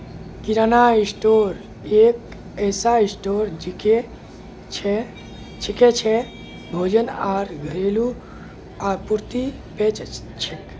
किराना store एक ऐसा store छिके जे भोजन आर घरेलू आपूर्ति बेच छेक